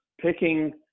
picking